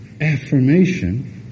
affirmation